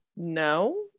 no